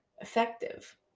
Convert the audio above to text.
effective